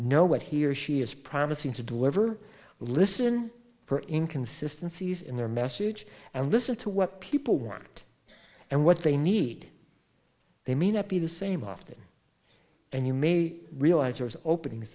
know what he or she is promising to deliver listen for inconsistency is in their message and listen to what people want and what they need they may not be the same often and you may